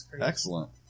Excellent